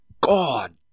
God